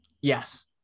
Yes